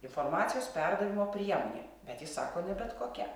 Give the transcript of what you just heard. informacijos perdavimo priemonė bet jis sako ne bet kokia